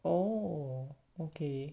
oh okay